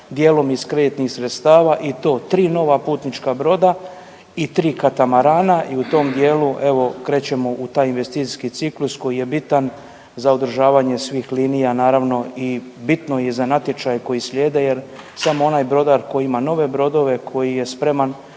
dijelom iz kreditnih sredstava i to tri nova putnička broda i tri katamarana i u tom dijelu krećemo u taj investicijski ciklus koji je bitan za održavanje svih linija, naravno bitno je i za natječaje koji slijede jer samo onaj brodar koji ima nove brodove koji je spreman